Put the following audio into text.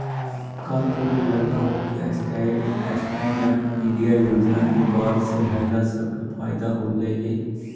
का तोरा लग हो कि स्टैन्ड अप इंडिया योजना के बाद से महिला सब के फयदा होलई हे?